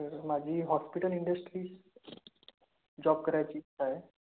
माझी hospital industry job करायची इच्छा आहे